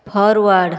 forward